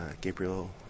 Gabriel